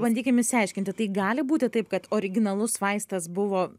bandykim išsiaiškinti tai gali būti taip kad originalus vaistas buvo